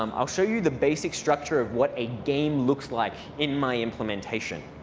um i'll show you the basic structure of what a game looks like in my implementation.